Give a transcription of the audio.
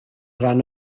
rhan